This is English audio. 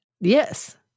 Yes